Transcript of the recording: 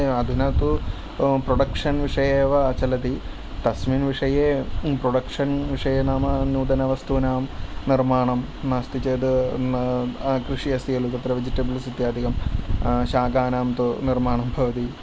अधुना तु प्रोडक्षन् विषये एव चलति तस्मिन् विषये प्रोडक्षन् विषये नाम नूतनवस्तूनां निर्माणं नास्ति चेत् कृषिः अस्ति खलु तत्र वेजिटबल्स् इत्याधिकं शाकानां तु निर्माणं भवति